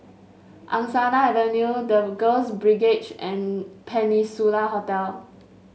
Angsana Avenue The Girls Brigade and Peninsula Hotel